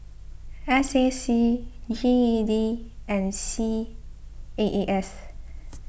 S A C G E D and C A A S